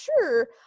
sure